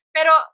Pero